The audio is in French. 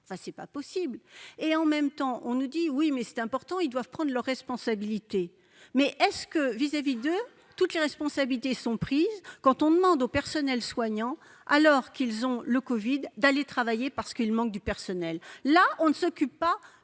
enfin c'est pas possible, et en même temps on nous dit : oui mais c'est important : ils doivent prendre leurs responsabilités, mais est-ce que vis-à-vis de toutes les responsabilités sont prises quand on demande au personnel soignant, alors qu'ils ont le Covid d'aller travailler, parce qu'il manque du personnel, là on ne s'occupe pas